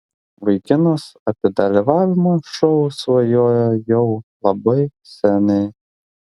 vaikinas apie dalyvavimą šou svajojo jau labai seniai